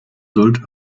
sollte